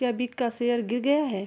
क्या बिट का सेयर गिर गया है